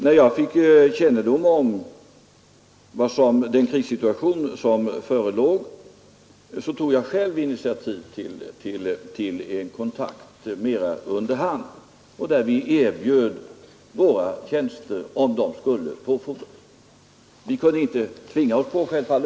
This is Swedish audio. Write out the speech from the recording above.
När jag fick kännedom om den krissituation som förelåg för detta företag, så tog jag själv initiativ till kontakter under hand vid vilka vi erbjöd våra tjänster. Men självfallet kan vi inte tvinga oss på någon.